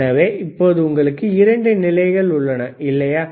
எனவே இப்போது உங்களுக்கு இரண்டு நிலைகள் உள்ளன இல்லையா